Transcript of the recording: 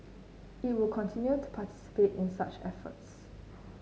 it will continue to participate in such efforts